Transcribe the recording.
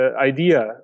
idea